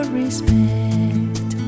respect